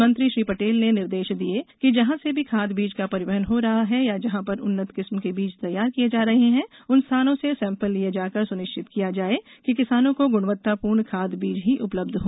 मंत्री श्री पटेल ने निर्देश दिए कि जहाँ से भी खाद बीज का परिवहन हो रहा है या जहाँ पर उन्नत किस्म के बीज तैयार किए जा रहे हैं उन स्थानों से सैंपल लिए जा कर सुनिश्चित किया जाए कि किसानों को गुणवत्तापूर्ण खाद बीज ही उपलब्ध हो